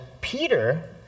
Peter